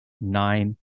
nine